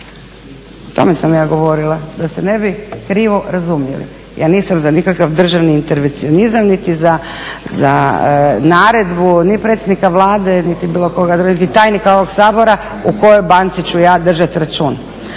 O tome sam ja govorila, da se ne bi krivo razumjeli. Ja nisam za nikakav državni intervencionizam niti za naredbu ni predsjednika Vlade, niti bilo koga drugog, niti tajnika ovog Sabora u kojoj banci ću ja držati račun.